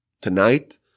Tonight